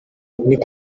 kabiri